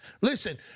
Listen